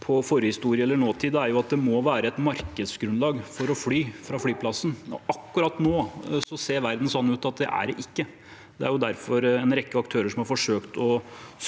på forhistorie eller nåtid, er at det må være et markedsgrunnlag for å fly fra flyplassen. Akkurat nå ser verden slik ut at det er det ikke. Det er derfor en rekke aktører som har forsøkt å